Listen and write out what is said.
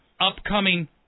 upcoming